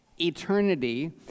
eternity